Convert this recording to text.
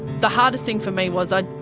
the hardest thing for me was i,